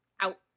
Out